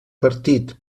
partit